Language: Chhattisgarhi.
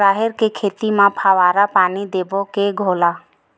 राहेर के खेती म फवारा पानी देबो के घोला?